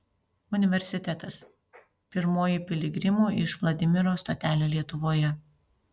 universitetas pirmoji piligrimų iš vladimiro stotelė lietuvoje